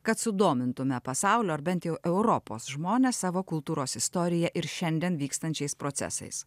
kad sudomintume pasaulio ar bent jau europos žmones savo kultūros istorija ir šiandien vykstančiais procesais